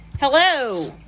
Hello